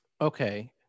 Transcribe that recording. okay